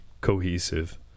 cohesive